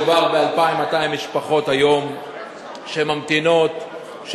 מדובר ב-2,200 משפחות שממתינות היום,